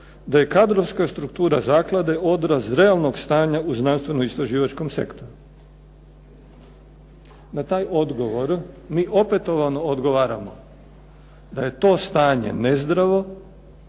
da je kadrovska struktura zaklade odraz realnog stanja u znanstveno-istraživačkom sektoru. Na taj odgovor mi opetovano odgovaramo da je to stanje nezdravo,